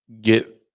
get